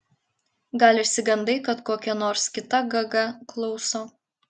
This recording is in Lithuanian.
gal išsigandai kad kokia nors kita gaga klauso